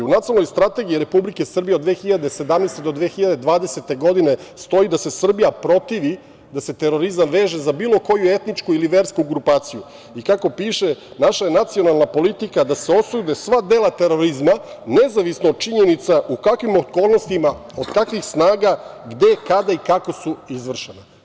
U Nacionalnoj strategiji Republike Srbije od 2017. do 2020. godine, stoji da se Srbija protivi da se terorizam veže za bilo koju etničku ili versku grupaciju i kako piše, naša je nacionalna politika da se osude sva dela terorizma nezavisno od činjenica u kakvim okolnostima, od kakvih snaga, gde, kada i kako su izvršena.